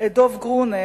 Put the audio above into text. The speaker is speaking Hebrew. את דב גרונר